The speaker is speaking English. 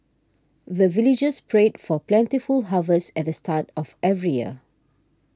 the villagers pray for plentiful harvest at the start of every year